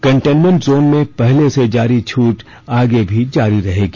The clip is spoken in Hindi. कंटेनमेंट जोन में पहले से जारी छूट आगे भी जारी रहेगी